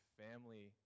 family